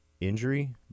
injury